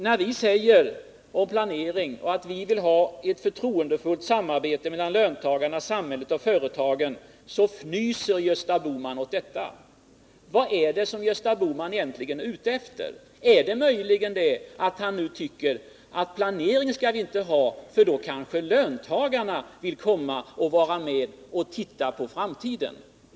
När vi talar om planering och om att vi vill ha ett förtroendefullt samarbete mellan löntagarna, samhället och företagen, så fnyser Gösta Bohman åt detta. Vad är det som Gösta Bohman egentligen är ute efter? Tycker han möjligen att vi inte skall ha planering därför att löntagarna kanske då vill vara med om att titta på framtiden.